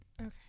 Okay